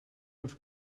els